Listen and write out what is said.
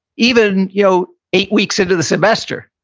even, you know eight weeks into the semester.